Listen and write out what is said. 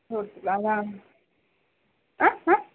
fourth క్లాసా